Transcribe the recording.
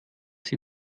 sie